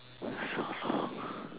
so long